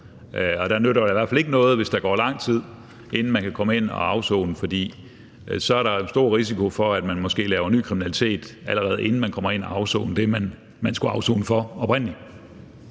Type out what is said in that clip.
Og det nytter i hvert fald ikke noget, hvis der går lang tid, inden man kan komme ind og afsone, for så er der jo stor risiko for, at den unge måske laver ny kriminalitet, allerede inden den unge kommer ind at afsone det, vedkommende skulle afsone oprindelig.